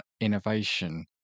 innovation